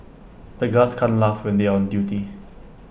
the guards can't laugh when they are on duty